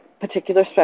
particular